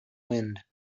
wind